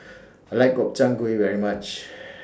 I like Gobchang Gui very much